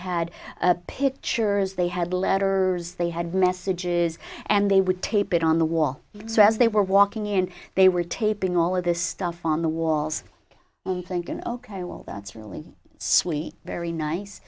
had pictures they had letters they had messages and they would tape it on the wall so as they were walking in they were taping all of this stuff on the walls thinking ok well that's really sweet very nice